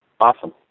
Awesome